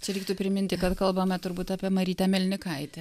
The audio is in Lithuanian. čia reiktų priminti kad kalbame turbūt apie marytę melnikaitę